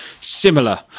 similar